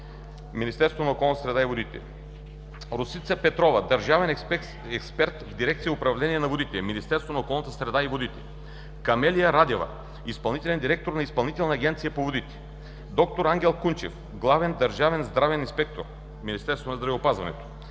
Министерство на околната среда и водите; Росица Петрова – държавен експерт в дирекция „Управление на водите“, Министерство на околната среда и водите; Камелия Радева – изпълнителен директор на Изпълнителна агенция по водите; д-р Ангел Кунчев – главен държавен здравен инспектор, Министерство на здравеопазването;